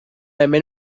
hemen